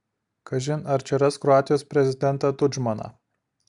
kažin ar čia ras kroatijos prezidentą tudžmaną